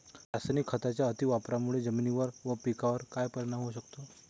रासायनिक खतांच्या अतिवापराने जमिनीवर व पिकावर काय परिणाम होऊ शकतो?